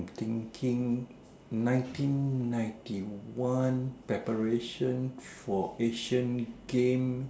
thinking nineteen ninety one preparation for Asian game